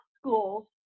schools